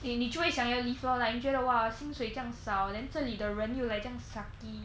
你你就会想要 leave lor like 你觉得 !wah! 这里的薪水这样少然后这里的人这样 sucky